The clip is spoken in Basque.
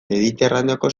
mediterraneoko